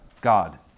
God